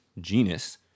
genus